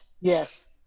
Yes